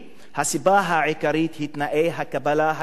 הסיבה העיקרית היא תנאי הקבלה הקשים,